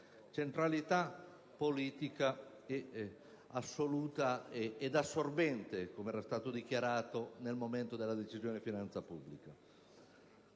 centralità politica assoluta e assorbente, come era stato dichiarato nel momento della Decisione di finanza pubblica.